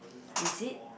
visit